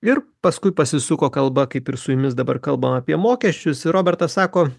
ir paskui pasisuko kalba kaip ir su jumis dabar kalbam apie mokesčius ir robertas sako